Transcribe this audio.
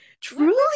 Truly